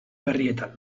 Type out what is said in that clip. berrietan